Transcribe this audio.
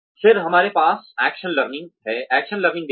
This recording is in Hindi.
फिर हमारे पास एक्शन लर्निंग है